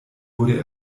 wurde